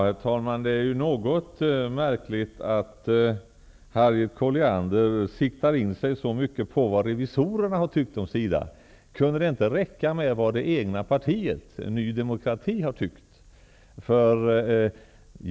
Herr talman! Det är ju något märkligt att Harriet Colliander siktar in sig så mycket på vad revisorerna har tyckt om SIDA. Kunde det inte räcka med vad det egna partiet Ny demokrati har tyckt?